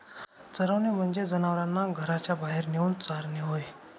चरवणे म्हणजे जनावरांना घराच्या बाहेर नेऊन चारणे होय